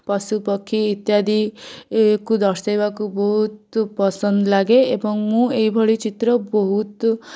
ପଶୁ ପକ୍ଷୀ ଇତ୍ୟାଦି କୁ ଦର୍ଶେଇବାକୁ ବହୁତ ପସନ୍ଦ ଲାଗେ ଏବଂ ମୁଁ ଏଇଭଳି ଚିତ୍ର ବହୁତ